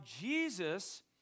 Jesus